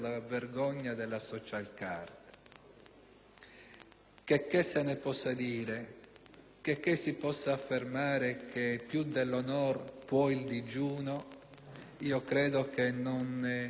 Checché se ne possa dire, checché si possa affermare che più che l'onor poté il digiuno, credo non sia lecito e consentito